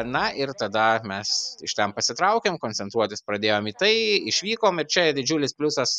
na ir tada mes iš ten pasitraukėm koncentruotis pradėjom į tai išvykom ir čia didžiulis pliusas